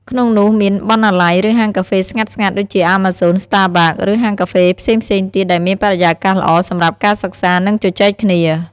ក្នុងនោះមាន បណ្ណាល័យ ឬហាងកាហ្វេស្ងាត់ៗ ដូចជា Amazon, Starbucks ឬហាងកាហ្វេផ្សេងៗទៀតដែលមានបរិយាកាសល្អសម្រាប់ការសិក្សា និងជជែកគ្នា។